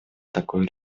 такое